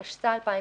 התשס"א-2001,